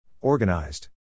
Organized